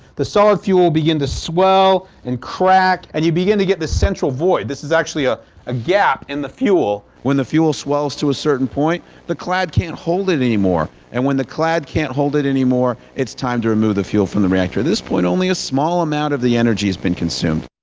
the solid fuel will begin to swell and crack, and you begin to get this central void. this is actually ah a gap in the fuel. when the fuel swells to a certain point the clad can't hold it any more. and when the clad can't hold it any more it's time to remove the fuel from the reactor. at this point only a small amount of the energy has been consumed.